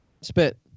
Spit